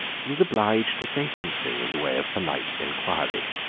he was obliged to say something in the way of polite inquiry.